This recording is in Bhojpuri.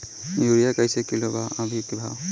यूरिया कइसे किलो बा भाव अभी के?